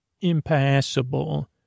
impassable